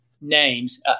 names